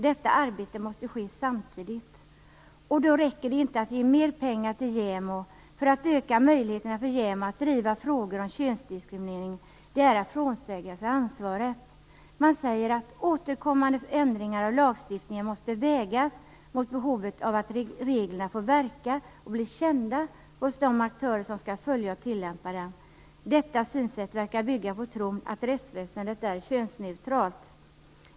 Detta arbete måste ske samtidigt, och då räcker det inte att ge mer pengar till JämO för att öka JämO:s möjligheter att driva frågor om könsdiskriminering. Det är att frånsäga sig ansvaret. Man säger att återkommande ändringar av lagstiftningen måste vägas mot behovet av att reglerna får verka och bli kända hos de aktörer som skall följa och tillämpa dem. Detta synsätt verkar bygga på tron att rättsväsendet är könsneutralt.